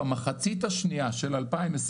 ובמחצית השנייה של 2022,